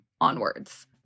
onwards